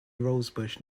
rosebush